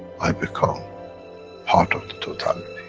i become part of the totality.